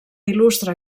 il·lustra